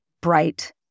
bright